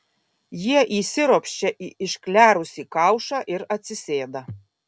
jie įsiropščia į išklerusį kaušą ir atsisėda